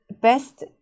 best